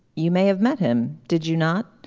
you may have met him did you not.